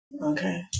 Okay